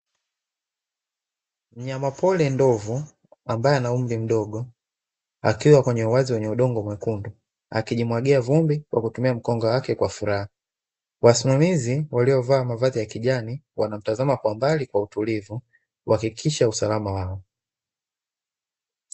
Mnyamapori ndovu ambaye ana umri mdogo akiwa kwenye uwazi wenye udongo mwekundu, akijimwagia vumbi akitumia mkonga wake kwa furaha. Wasimamizi waliovaa mavazi ya kijani wana mtazama kwa mbali kwa utulivu kuhakikisha usalama wao.